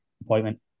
appointment